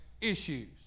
issues